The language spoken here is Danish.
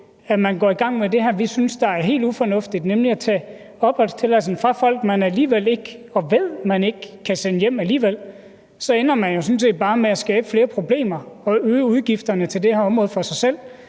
at man går i gang med det, vi synes der er helt ufornuftigt, nemlig at tage opholdstilladelsen fra folk, man ved man alligevel ikke kan sende hjem. Så ender man jo sådan set bare med at skabe flere problemer for sig selv og øge udgifterne til det her område, når de her